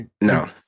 No